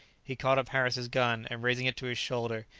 he caught up harris's gun, and raising it to his shoulder,